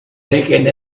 taking